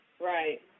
Right